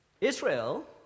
Israel